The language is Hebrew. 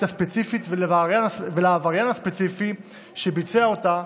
הספציפית ולעבריין הספציפי שביצע אותה,